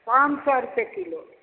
पाॅंच सए रुपे किलो